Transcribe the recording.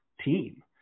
team